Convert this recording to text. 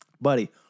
buddy